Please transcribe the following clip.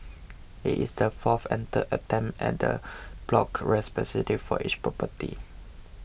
it is the fourth and third attempt at en bloc respectively for each property